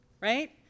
Right